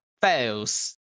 fails